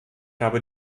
habe